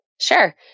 Sure